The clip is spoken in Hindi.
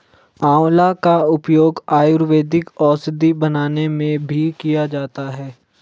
आंवला का उपयोग आयुर्वेदिक औषधि बनाने में भी किया जाता है